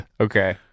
Okay